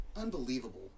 Unbelievable